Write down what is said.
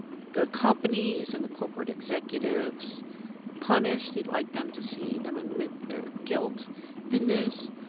the companies and the corporate executives punished. he'd like them to see them admit their guilt in this.